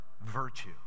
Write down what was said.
virtue